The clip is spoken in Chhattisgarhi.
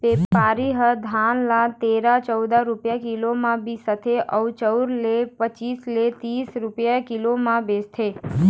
बेपारी ह धान ल तेरा, चउदा रूपिया किलो म बिसाथे अउ चउर ल पचीस ले तीस रूपिया किलो म बेचथे